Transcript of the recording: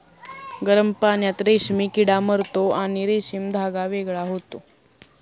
गरम पाण्यात रेशीम किडा मरतो आणि रेशीम धागा वेगळा होतो